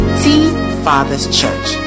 tfather'schurch